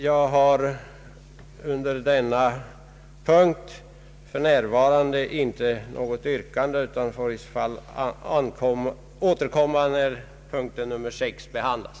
Jag har under denna punkt för närvarande inte något yrkande, utan jag får eventuellt återkomma när punkten 6 behandlas.